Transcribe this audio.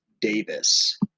Davis